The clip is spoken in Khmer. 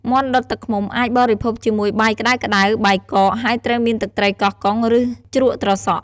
មាន់ដុតទឹកឃ្មុំអាចបរិភោគជាមួយបាយក្តៅៗ បាយកក ហើយត្រូវមានទឹកត្រីកោះកុង ឬជ្រក់ត្រសក់។